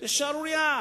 זה שערורייה.